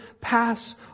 pass